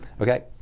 okay